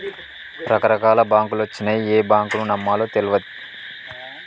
రకరకాల బాంకులొచ్చినయ్, ఏ బాంకును నమ్మాలో తెల్వదు